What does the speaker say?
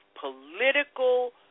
political